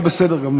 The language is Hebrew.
אתה בסדר גמור.